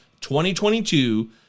2022